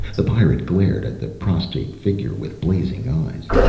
the pirate glared at the prostrate figure with blazing eyes.